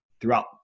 throughout